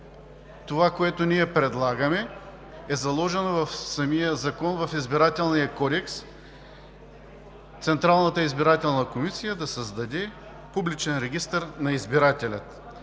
това, което ние предлагаме, е заложено в самия Закон, в Избирателния кодекс – Централната избирателна комисия да създаде Публичен регистър на избирателя.